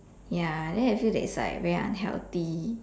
ya then I feel that is like very unhealthy